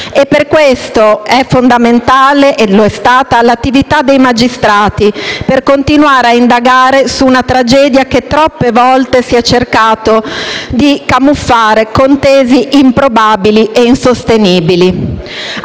Per questo è fondamentale, e lo è stata, l'attività dei magistrati, per continuare a indagare su una tragedia che troppe volte si è cercato di camuffare con tesi improbabili e insostenibili.